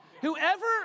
Whoever